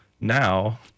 now